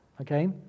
okay